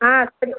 ஆ தெரியும்